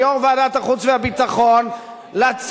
כיושב-ראש ועדת החוץ והביטחון, של ביבי.